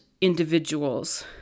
individuals